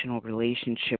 relationship